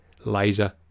laser